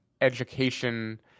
education